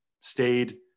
stayed